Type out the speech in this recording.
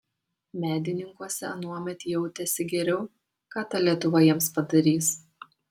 medininkuose anuomet jautėsi geriau ką ta lietuva jiems padarys